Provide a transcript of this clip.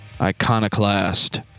Iconoclast